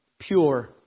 pure